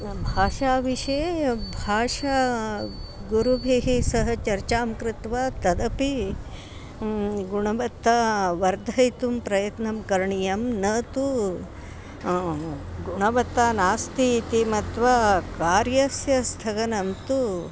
भाषाविषये भाषा गुरुभिः सह चर्चां कृत्वा तदपि गुणवत्ता वर्धयितुं प्रयत्नं करणीयं न तु गुणवत्ता नास्ति इति मत्वा कार्यस्य स्थगनं तु